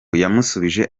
yamusubije